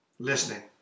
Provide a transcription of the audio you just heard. listening